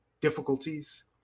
difficulties